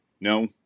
No